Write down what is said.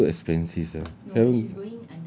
that's so expensive sia haven't